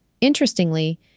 Interestingly